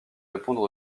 répondre